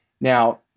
Now